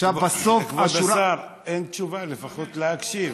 בסוף, השורה, כבוד השר, אין תשובה, לפחות להקשיב.